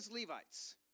Levites